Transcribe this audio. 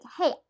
hey